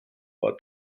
war